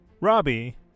Robbie